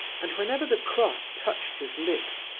and whenever the cross touched his lips,